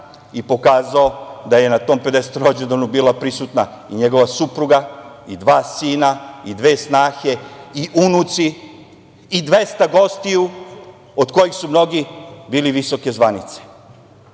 i pokazao da je na tom pedesetom rođendanu bila prisutna i njegova supruga i dva sina i dve snahe i unuci i 200 gostiju od kojih su mnogi bili visoke zvanice. Onda